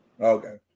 Okay